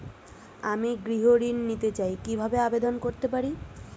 আমি গৃহ ঋণ নিতে চাই কিভাবে আবেদন করতে পারি?